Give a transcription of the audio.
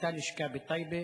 היתה לשכה בטייבה